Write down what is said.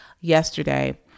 yesterday